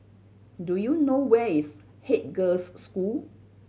do you know where is Haig Girls' School